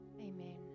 amen